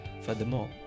Furthermore